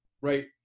right